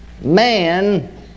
Man